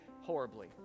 horribly